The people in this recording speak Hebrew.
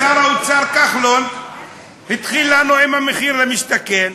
שר האוצר כחלון התחיל לנו עם המחיר למשתכן,